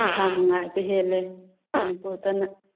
ꯏꯁꯥ ꯅꯨꯡꯉꯥꯏꯕ ꯍꯦꯜꯂꯤ ꯃꯅꯤꯄꯨꯔꯗꯅ